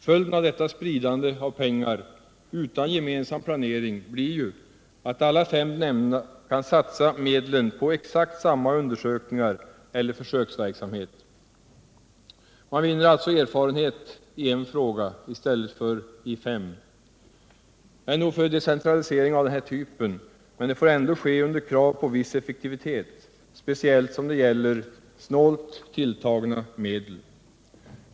Följden av detta spridande av pengar utan gemensam planering blir ju, att alla fem nämnderna kan satsa medlen på exakt samma undersökningar eller försöksverksamhet. Man vinner alltså erfarenhet i en fråga i stället för i fem! Jag är nog för decentralisering av den här typen, men det får ändå ske under krav på viss effektivitet, speciellt som det gäller snålt tilltagna medel.